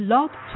Love